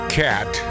cat